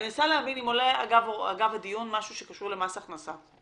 אני מנסה להבין אם עולה אגב הדיון משהו שקשור למס הכנסה.